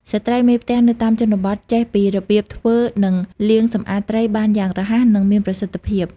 ស្ត្រីមេផ្ទះនៅតាមជនបទចេះពីរបៀប ធ្វើ និង លាងសម្អាតត្រីបានយ៉ាងរហ័ស និងមានប្រសិទ្ធភាព។